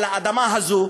אבל האדמה הזו,